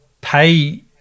pay